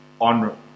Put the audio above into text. on